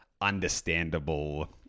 understandable